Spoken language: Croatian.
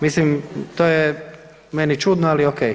Mislim, to je meni čudno ali ok.